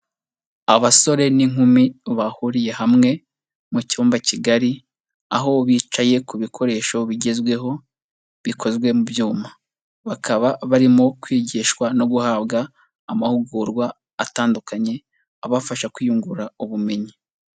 Abasore n'inkumi bahuriye hamwe, mu cyumba kigari, aho bicaye ku bikoresho bigezweho, bikozwe mu byuma. Bakaba barimo kwigishwa no guhabwa amahugurwa atandukanye, abafasha kwiyungura ubumenyi.